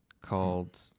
called